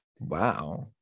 wow